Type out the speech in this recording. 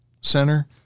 center